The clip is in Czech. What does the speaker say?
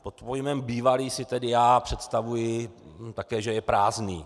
Pod pojmem bývalý si tedy já představuji také, že je prázdný.